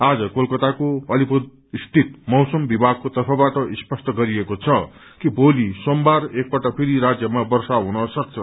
आज कोलकत्ताको अलिपुरस्थित मौसम विभागको तर्फबाट स्पष्ट गरिएको छ कि भोलि सोमबार एकपल्ट फेरि राज्यमा वर्षा हुन सक्छ